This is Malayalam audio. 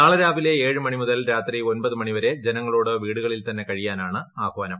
നാളെ രാവിലെ ഏഴ് മണിമുതൽ രാത്രി ഒമ്പത് മണിവരെ ജനങ്ങളോട് വീടുകളിൽ തന്നെ കഴിയാനാണ് ആഹ്വാനം